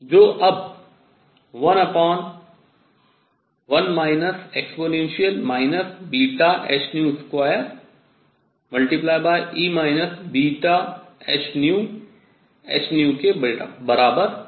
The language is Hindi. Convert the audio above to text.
जो अब 11 e βhν2e βhνhν के बराबर होता है